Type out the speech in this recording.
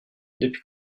depuis